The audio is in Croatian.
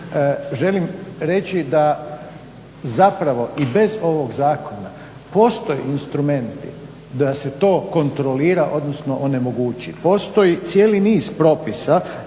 želim reći da i bez ovog zakona postoje instrumenti da se to kontrolira odnosno onemogući. Postoji cijeli niz propisa